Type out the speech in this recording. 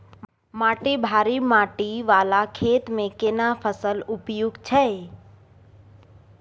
माटी भारी माटी वाला खेत में केना फसल उपयुक्त छैय?